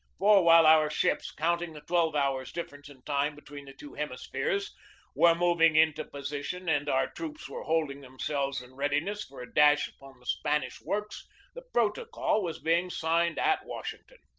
for while our ships counting the twelve hours' difference in time between the two hemispheres were moving into position and our troops were holding themselves in readiness for a dash upon the spanish works the protocol was being signed at washington.